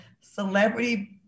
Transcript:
celebrity